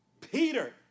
Peter